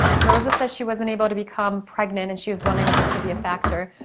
rosa said she wasn't able to become pregnant and she was wondering if this could be a factor.